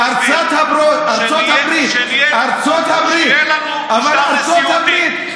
למה בארצות הברית, כשיהיה לנו משטר נשיאותי.